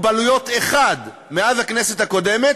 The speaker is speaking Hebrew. מאז הכנסת הקודמת,